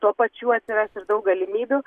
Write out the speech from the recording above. tuo pačiu atsiras ir daug galimybių